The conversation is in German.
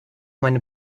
meinem